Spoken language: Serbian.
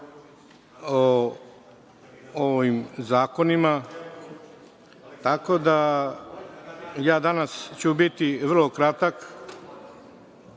o ovim zakonima, tako da ću danas biti vrlo kratak,